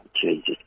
Jesus